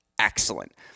excellent